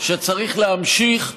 שצריך להמשיך,